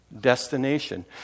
destination